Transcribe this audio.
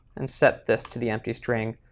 and set this to the empty string.